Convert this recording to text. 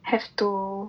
have to